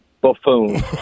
buffoon